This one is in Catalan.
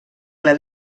ple